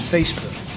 Facebook